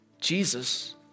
Jesus